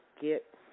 get